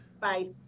bye